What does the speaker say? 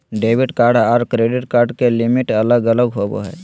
debit card आर credit card के limit अलग अलग होवो हय